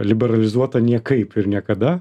liberalizuota niekaip ir niekada